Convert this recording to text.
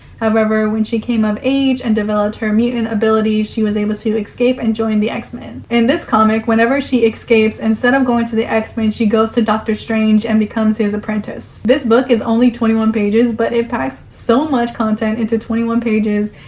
however, when she came of age and developed her mutant abilities, she was able to escape and join the x-men. in this comic, whenever she escapes, instead of going to the x-men, she goes to dr. strange and becomes his apprentice. this book is only twenty one pages but it packs so much content into twenty one pages,